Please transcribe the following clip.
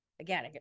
again